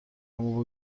اما